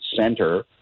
center